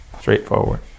straightforward